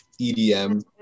EDM